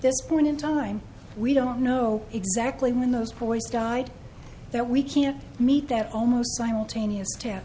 this point in time we don't know exactly when those boys died that we can't meet that almost simultaneous t